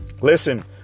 Listen